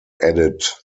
added